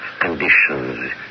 conditions